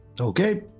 Okay